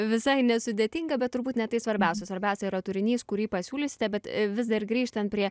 visai nesudėtinga bet turbūt ne tai svarbiausia svarbiausia yra turinys kurį pasiūlysite bet vis dar grįžtant prie